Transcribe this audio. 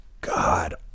God